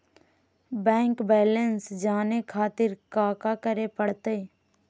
Bank balance जाने खातिर काका करे पड़तई?